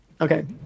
Okay